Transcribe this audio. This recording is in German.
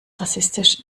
rassistisch